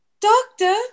Doctor